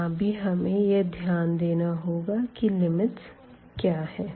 यहाँ भी हमें यह ध्यान देना होगा की लिमिटस क्या है